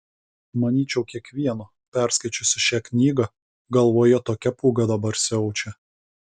manyčiau kiekvieno perskaičiusio šią knygą galvoje tokia pūga dabar siaučia